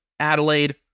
Adelaide